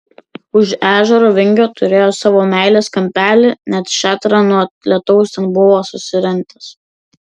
už ežero vingio turėjo savo meilės kampelį net šėtrą nuo lietaus ten buvo susirentęs